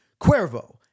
Cuervo